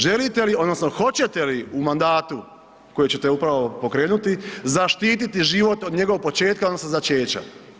Želite li odnosno hoćete li u mandatu koji ćete upravo pokrenuti, zaštititi život od njegovog početka odnosno začeća?